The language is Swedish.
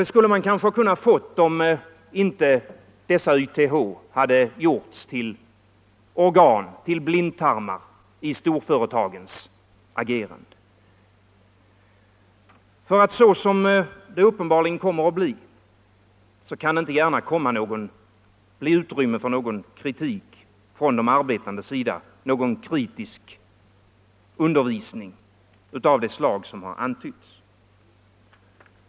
Det skulle man kanske kunnat få om inte dessa YTH hade gjorts till organ — blindtarmar — för storföretagens agerande. Som det uppenbarligen kommer att bli kan det inte gärna inom YTH finnas utrymme för någon kritik från de arbetandes sida eller någon kritisk undervisning av det slag som antytts.